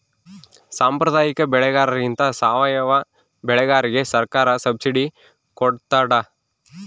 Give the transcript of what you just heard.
ಸಾಂಪ್ರದಾಯಿಕ ಬೆಳೆಗಾರರಿಗಿಂತ ಸಾವಯವ ಬೆಳೆಗಾರರಿಗೆ ಸರ್ಕಾರ ಸಬ್ಸಿಡಿ ಕೊಡ್ತಡ